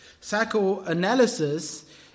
Psychoanalysis